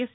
yes